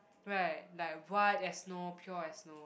right like white as snow pure as snow